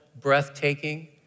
breathtaking